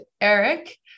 Eric